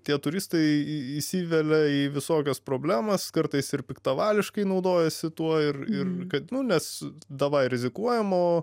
tie turistai įsivelia į visokias problemas kartais ir piktavališkai naudojasi tuo ir ir kad nu nes davaj rizikuojam o